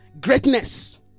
greatness